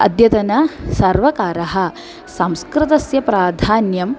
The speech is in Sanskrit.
अद्यतन सर्वकारः संस्कृतस्य प्राधान्यम्